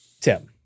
Tim